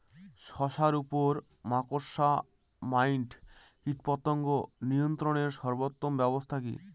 শশার উপর মাকড়সা মাইট কীটপতঙ্গ নিয়ন্ত্রণের সর্বোত্তম ব্যবস্থা কি?